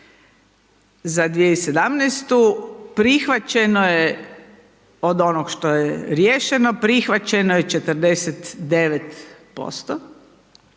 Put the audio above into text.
za 2017. prihvaćeno je od onoga što je riješeno, prihvaćeno je 49%